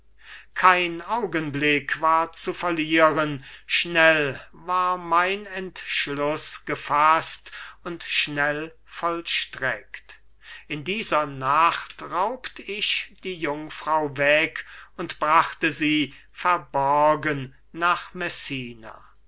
kein augenblick war zu verlieren schnell war mein entschluß gefaßt und schnell vollstreckt in dieser nacht raubt ich die jungfrau weg und brachte sie verborgen nach